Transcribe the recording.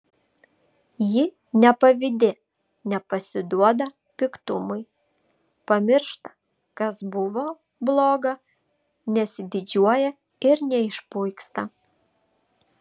ji nepavydi nepasiduoda piktumui pamiršta kas buvo bloga nesididžiuoja ir neišpuiksta